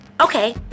okay